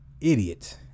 idiot